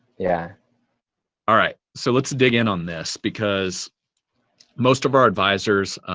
yeah alright. so let's dig in on this because most of our advisors,